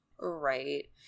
Right